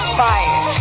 fire